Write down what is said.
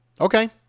okay